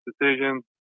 decisions